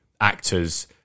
actors